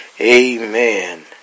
Amen